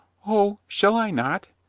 o, shall i not!